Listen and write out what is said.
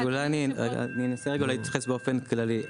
אז אני אנסה רגע להתייחס באופן כללי.